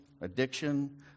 addiction